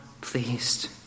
pleased